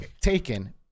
Taken